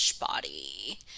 body